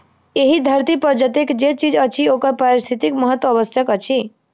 एहि धरती पर जतेक जे चीज अछि ओकर पारिस्थितिक महत्व अवश्य अछि